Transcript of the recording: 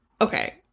okay